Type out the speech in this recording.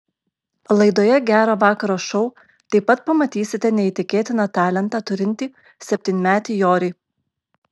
laidoje gero vakaro šou taip pat pamatysite neįtikėtiną talentą turintį septynmetį jorį